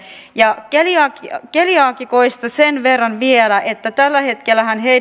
ja keliaakikoista sen verran vielä että tällä hetkellähän